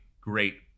great